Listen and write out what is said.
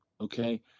Okay